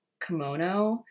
kimono